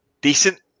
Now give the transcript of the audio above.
decent